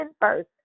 first